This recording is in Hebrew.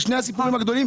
אלו שני הסיפורים הגדולים.